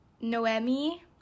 Noemi